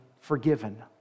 forgiven